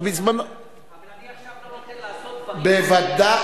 אבל עכשיו אני לא נותן לעשות דברים בוודאי,